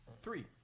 Three